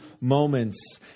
moments